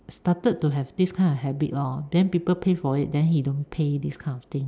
started to have this kind of habit lor then people pay for it then he don't pay this kind of thing